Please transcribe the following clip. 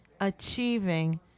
achieving